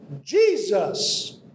Jesus